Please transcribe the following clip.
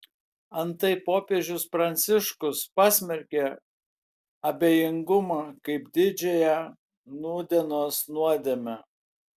antai popiežius pranciškus pasmerkė abejingumą kaip didžiąją nūdienos nuodėmę